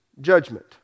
judgment